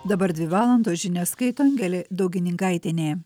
dabar dvi valandos žinias skaito angelė daugininkaitienė